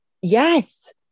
Yes